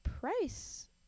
price